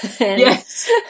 Yes